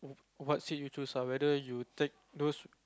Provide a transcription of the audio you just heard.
what seat you choose ah whether you take those